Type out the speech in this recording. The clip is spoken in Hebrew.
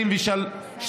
2022,